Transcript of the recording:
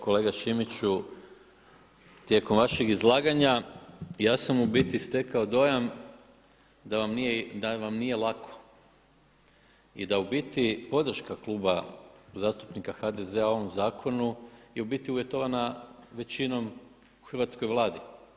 Kolega Šimiću, tijekom vašeg izlaganja ja sam u biti stekao dojam da vam nije lako i da u biti podrška Kluba zastupnika HDZ-a ovom zakonu je u biti uvjetovana većinom u hrvatskoj Vladi.